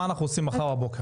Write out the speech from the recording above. מה אנחנו עושים מחר בבוקר?